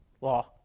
law